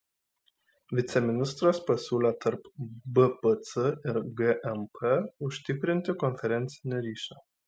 viceministras pasiūlė tarp bpc ir gmp užtikrinti konferencinį ryšį